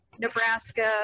Nebraska